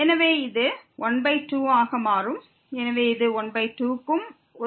எனவே இது 12 ஆக மாறும் எனவே இது 12 க்கும் ஒரு 1 க்கும் இடையில் உள்ளது